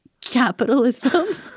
capitalism